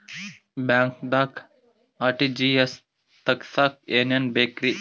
ಬ್ಯಾಂಕ್ದಾಗ ಆರ್.ಟಿ.ಜಿ.ಎಸ್ ತಗ್ಸಾಕ್ ಏನೇನ್ ಬೇಕ್ರಿ?